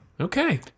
Okay